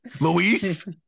luis